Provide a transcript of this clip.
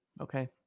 Okay